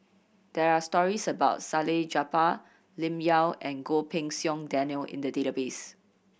there are stories about Salleh Japar Lim Yau and Goh Pei Siong Daniel in the database